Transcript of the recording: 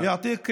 תודה.